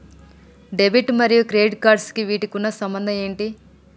Debit మరియు credit cards వీటికి ఉన్న సంబంధం ఏంటి?